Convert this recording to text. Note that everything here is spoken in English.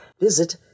visit